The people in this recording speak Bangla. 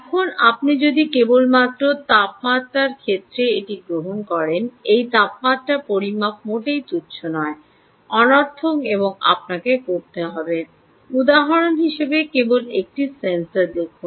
এখন আপনি যদি কেবলমাত্র তাপমাত্রার ক্ষেত্রে এটি গ্রহণ করেন এই তাপমাত্রা পরিমাপ মোটেই তুচ্ছ নয় অনর্থক এবং আপনাকে করতে হবে উদাহরণ হিসাবে কেবল একটি সেন্সর দেখুন